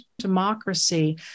democracy